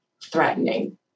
threatening